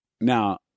Now